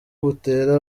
butera